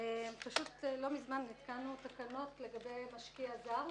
מזמן התקנו תקנות לגבי משקיע זר,